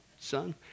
Son